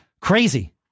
Crazy